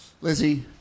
Lizzie